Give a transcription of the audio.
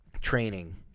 training